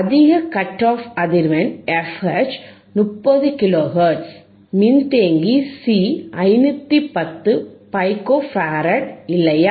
அதிக cut off அதிர்வெண் fH 30 kilo hertz மின்தேக்கி சி 510 பைக்கோ ஃபராட் இல்லையா